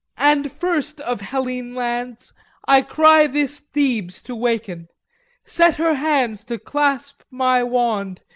and first of helene lands i cry this thebes to waken set her hands to clasp my wand,